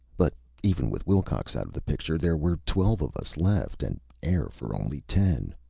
but even with wilcox out of the picture, there were twelve of us left and air for only ten!